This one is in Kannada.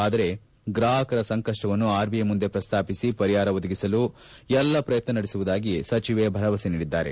ಆದರೆ ಗ್ರಾಪಕರ ಸಂಕಷ್ಟವನ್ನು ಆರ್ಬಿಐ ಮುಂದೆ ಪ್ರಸ್ತಾಪಿಸಿ ಪರಿಹಾರ ಒದಗಿಸಲು ಎಲ್ಲ ಪ್ರಯತ್ನ ನಡೆಸುವುದಾಗಿ ಸಚಿವೆ ಭರವಸೆ ನೀಡಿದ್ದಾರೆ